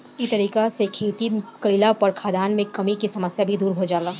ए तरीका से खेती कईला पर खाद्यान मे कमी के समस्या भी दुर हो जाला